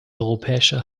europäische